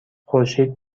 خورشید